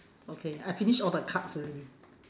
okay I finish all the cards already